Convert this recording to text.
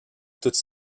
toute